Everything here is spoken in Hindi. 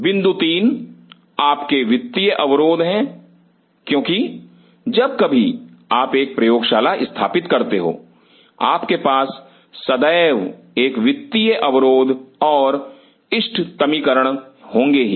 बिंदु 3 आपके वित्तीय अवरोध हैं क्योंकि जब कभी आप एक प्रयोगशाला स्थापित करते हो आपके पास सदैव एक वित्तीय अवरोध और इष्टतमीकरण होंगे ही